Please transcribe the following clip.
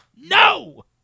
No